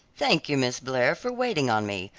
thank you, miss blair, for waiting on me,